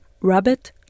rabbit